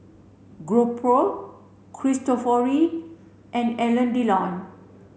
GoPro Cristofori and Alain Delon